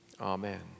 Amen